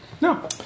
no